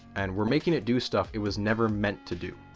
and we're making it do stuff it was never meant to do.